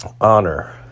Honor